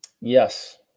Yes